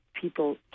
people